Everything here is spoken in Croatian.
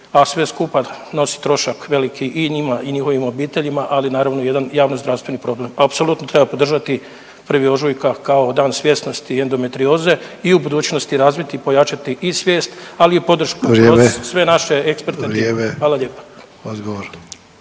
a sve skupa nosi trošak veliki i njima i njihovim obiteljima, ali naravno i jedan javno-zdravstveni problem. Apsolutno treba podržati 1. ožujka kao Dan svjesnosti i endometrioze i u budućnosti razviti, pojačati i svijest ali i podršku kroz … …/Upadica